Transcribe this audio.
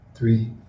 Three